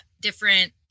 different